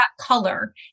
color